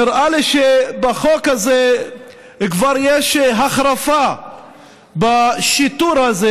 נראה לי שבחוק הזה כבר יש החרפה בשיטור הזה,